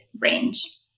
range